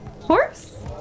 Horse